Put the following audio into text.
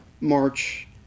march